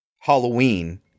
Halloween